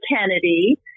Kennedy